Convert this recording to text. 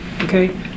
okay